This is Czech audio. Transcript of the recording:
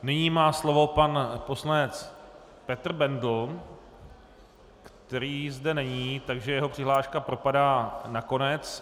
Nyní má slovo pan poslanec Petr Bendl, který zde není, takže jeho přihláška propadá nakonec.